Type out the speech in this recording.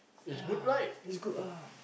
ya lah it's good ah